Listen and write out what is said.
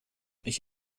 ich